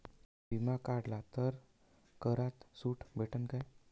बिमा काढला तर करात सूट भेटन काय?